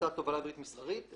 לטיסת תובלה אווירית מסחרית.